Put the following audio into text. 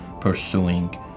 pursuing